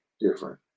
different